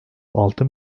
altı